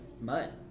mud